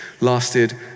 lasted